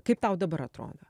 kaip tau dabar atrodo